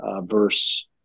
verse